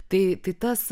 tai tas